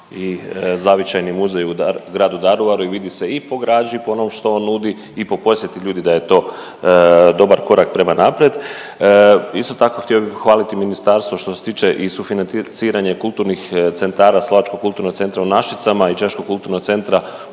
i Zavičajni muzej u gradu Daruvaru i vidi se i po građi po onom što on nudi i po posjeti ljudi da je to dobar korak prema naprijed. Isto tako, htio bi pohvaliti ministarstvo što se tiče i kulturnih centara, Slovačkog kulturnog centra u Našicama i Češkog kulturnog centra